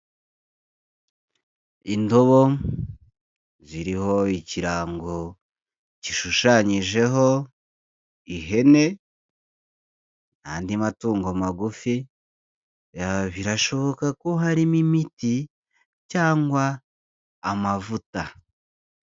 Indobo ziriho ikirango gishushanyijeho ihene andi matungo magufi birashoboka ko harimo imiti cyangwa amavuta.